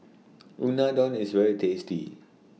Unadon IS very tasty